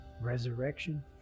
Resurrection